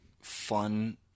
fun